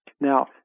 now